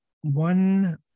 one